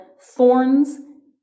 thorns